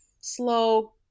slow